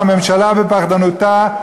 והממשלה בפחדנותה,